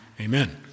Amen